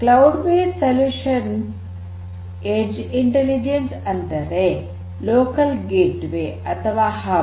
cloud based ಪರಿಹಾರ edge intelligence ಅಂದರೆ local gateway ಅಥವಾ ಹಬ್